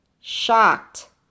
shocked